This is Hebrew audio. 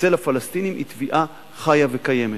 אצל הפלסטינים היא תביעה חיה וקיימת.